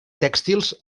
tèxtils